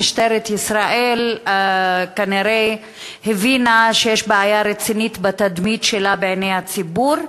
שמשטרת ישראל כנראה הבינה שיש בעיה רצינית בתדמית שלה בעיני הציבור,